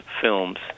films